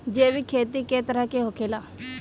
जैविक खेती कए तरह के होखेला?